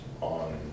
on